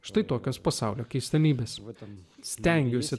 štai tokias pasaulio keistenybes vadinti stengiuosi